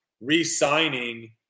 re-signing